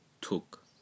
took